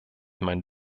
mein